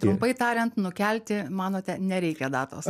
trumpai tariant nukelti manote nereikia datos